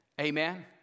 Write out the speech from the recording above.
Amen